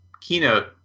keynote